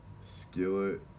Skillet